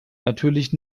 natürlich